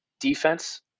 Defense